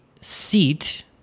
seat